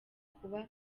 kuba